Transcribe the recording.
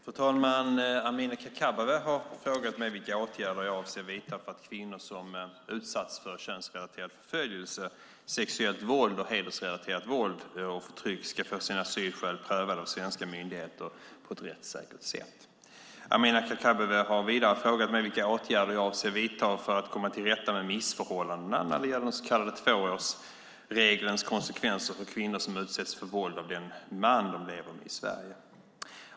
Fru talman! Amineh Kakabaveh har frågat mig vilka åtgärder jag avser att vidta för att kvinnor som utsatts för könsrelaterad förföljelse, sexuellt våld och hedersrelaterat våld och förtryck ska få sina asylskäl prövade av svenska myndigheter på ett rättssäkert sätt. Amineh Kakabaveh har vidare frågat mig vilka åtgärder jag avser att vidta för att komma tillrätta med missförhållandena när det gäller den så kallade tvåårsregelns konsekvenser för kvinnor som utsätts för våld av den man de lever med i Sverige.